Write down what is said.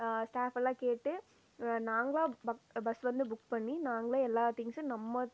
staff எல்லாம் கேட்டு நாங்களாக பஸ் வந்து புக் பண்ணி நாங்களே எல்லா திங்சும் நம்ம